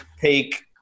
take